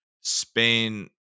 Spain